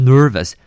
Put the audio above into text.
Nervous